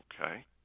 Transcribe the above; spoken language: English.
okay